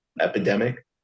epidemic